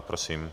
Prosím.